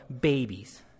babies